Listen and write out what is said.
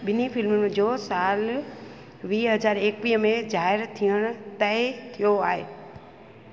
बि॒न्ही फिल्मुनि जो साल वीह हज़ार एक्वीह में ज़ाहिर थियणु तइ थियो आहे